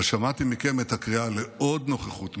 אבל שמעתי מכם את הקריאה לעוד נוכחות משטרתית,